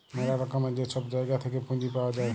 ম্যালা রকমের যে ছব জায়গা থ্যাইকে পুঁজি পাউয়া যায়